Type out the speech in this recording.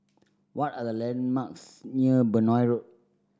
what are the landmarks near Benoi Road